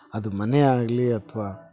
ಅದು ಮನೆ ಆಗಲಿ ಅಥ್ವಾ